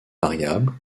variable